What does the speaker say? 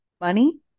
money